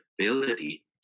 ability